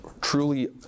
truly